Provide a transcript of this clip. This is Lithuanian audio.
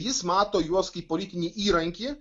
jis mato juos kaip politinį įrankį